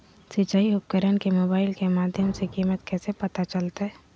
सिंचाई उपकरण के मोबाइल के माध्यम से कीमत कैसे पता चलतय?